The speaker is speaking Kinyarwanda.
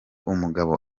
umugabo